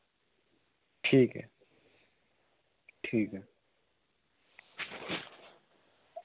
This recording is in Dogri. ठीक ऐ ठीक ऐ